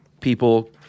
people